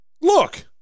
look